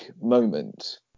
moment